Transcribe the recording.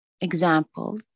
example